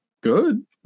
good